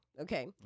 okay